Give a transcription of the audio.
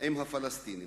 עם הפלסטינים.